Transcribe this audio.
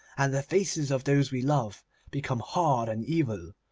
and the faces of those we love become hard and evil.